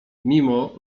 mimo